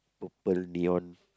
purple neon